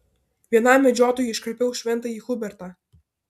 vienam medžiotojui iškarpiau šventąjį hubertą